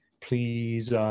please